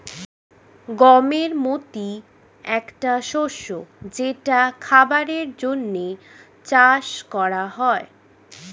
গমের মতি একটা শস্য যেটা খাবারের জন্যে চাষ করা হয়